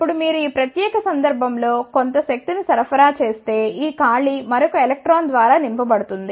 ఇప్పుడు మీరు ఈ ప్రత్యేక సందర్భం లో కొంత శక్తిని సరఫరా చేస్తే ఈ ఖాళీ మరొక ఎలక్ట్రాన్ ద్వారా నింపబడుతుంది